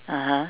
(uh huh)